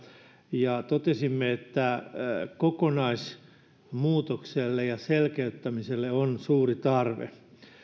ja totesimme että kokonaismuutokselle ja selkeyttämiselle on suuri tarve